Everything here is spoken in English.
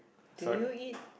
do you eat